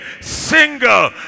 single